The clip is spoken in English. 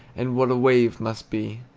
and what a wave must be.